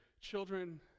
children